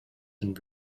and